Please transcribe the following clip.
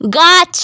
গাছ